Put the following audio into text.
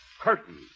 Curtain